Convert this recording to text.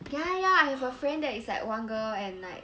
guy lah I have a friend that is like one girl and like